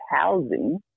housing